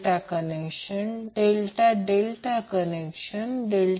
Y ∆ connection ∆∆ connection 4